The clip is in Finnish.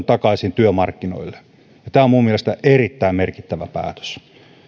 takaisin työmarkkinoille ja tämä on minun mielestäni erittäin merkittävä päätös